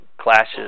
clashes